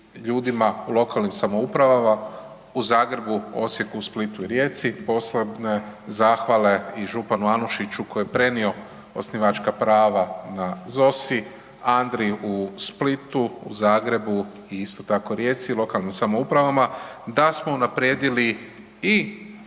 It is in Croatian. ljudima u lokalnim samoupravama, u Zagrebu, Osijeku, Splitu i Rijeci, posebne zahvale i županu Anušiću koji je prenio osnivačka prava na ZOSI, Andri u Splitu, Zagrebu i isto tako Rijeci i lokalnim samoupravama da smo unaprijedili i